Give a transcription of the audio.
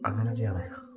അങ്ങനെയൊക്കെയാണ്